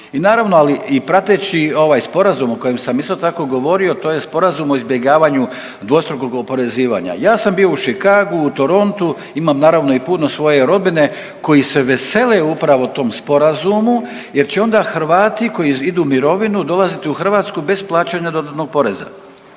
i naravno, ali i prateći ovaj sporazum o kojem sam isto tako govorio to je Sporazum o izbjegavanju dvostrukog oporezivanja. Ja sam bio u Chicagu, u Torontu, imam naravno i puno svoje rodbine koji se vesele upravo tom sporazumu jer će onda Hrvati koji idu u mirovinu dolaziti u Hrvatsku bez plaćanja dodatnog poreza.